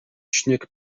śnieg